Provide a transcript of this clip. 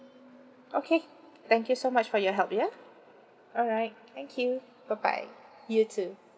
okay thank you so much for your help ya alright thank you bye bye you too